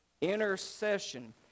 intercession